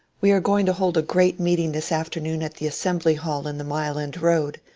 we are going to hold a great meeting this afternoon at the assembly hall in the mile end road.